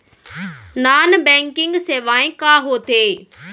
Non banking सेवाएं का होथे?